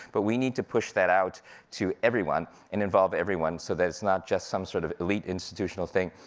but we need to push that out to everyone, and involve everyone so that it's not just some sort of elite institutional thing.